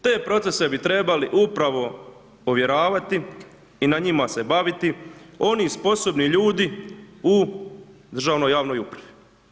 Te procese bi trebali upravo ovjeravati i na njima se baviti oni sposobni ljudi u državnoj javnoj upravi.